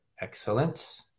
Excellent